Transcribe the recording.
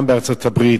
גם בארצות-הברית,